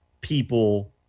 people